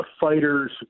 fighter's